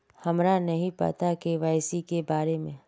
हमरा नहीं पता के.वाई.सी के बारे में?